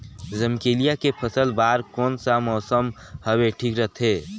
रमकेलिया के फसल बार कोन सा मौसम हवे ठीक रथे?